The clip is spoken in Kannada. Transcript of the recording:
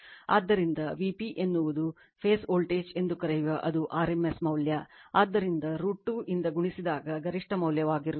ಆದ್ದರಿಂದ Vp ಎನ್ನುವುದು ಫೇಸ್ ವೋಲ್ಟೇಜ್ ಎಂದು ಕರೆಯುವ ಅದು rms ಮೌಲ್ಯ ಆದ್ದರಿಂದ √ 2 ದಿಂದ ಗುಣಿಸಿದಾಗ ಗರಿಷ್ಠ ಮೌಲ್ಯವಾಗಿರುತ್ತದೆ